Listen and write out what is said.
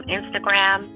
Instagram